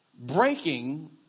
breaking